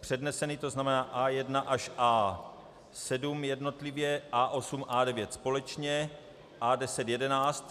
předneseny, to znamená A1 až A7 jednotlivě, A8 a A9 společně, A10, 11.